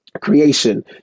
creation